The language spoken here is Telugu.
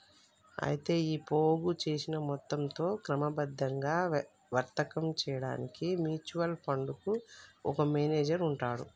అయితే ఈ పోగు చేసిన మొత్తంతో క్రమబద్ధంగా వర్తకం చేయడానికి మ్యూచువల్ ఫండ్ కు ఒక మేనేజర్ ఉంటాడు